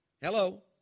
Hello